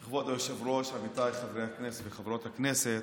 היושב-ראש, עמיתיי חברי הכנסת וחברות הכנסת,